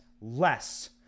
less